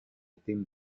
tim